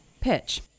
pitch